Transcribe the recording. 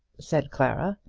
said clara.